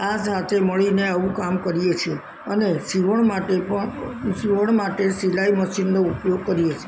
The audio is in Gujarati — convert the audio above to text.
આ સાથે મળીને આવું કામ કરીએ છે અને સિવણ માટે પણ સિવણ માટે સિલાઈ મશીનનો ઉપયોગ કરીએ છે